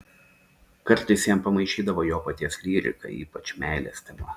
kartais jam pamaišydavo jo paties lyrika ypač meilės tema